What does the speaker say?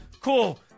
Cool